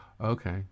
Okay